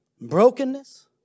brokenness